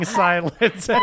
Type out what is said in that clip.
silence